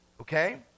Okay